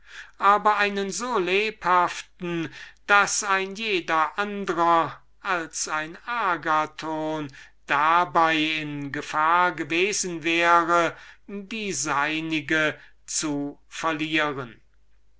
aber einen so lebhaften daß ein jeder andrer als ein agathon dabei in gefahr gewesen wäre die seinige zu verlieren